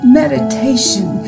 meditation